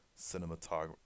cinematography